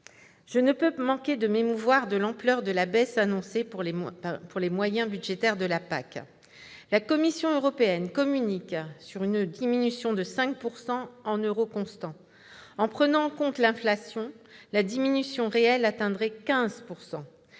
Je ne peux manquer de m'émouvoir de l'ampleur de la baisse annoncée pour les moyens budgétaires de la PAC. La Commission européenne « communique » sur une diminution de 5 % en euros constants. En prenant en compte l'inflation, la diminution réelle atteindrait 15 %.